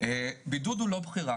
בידוד הוא לא בחירה.